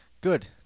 good